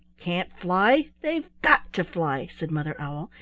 can't fly! they've got to fly, said mother owl,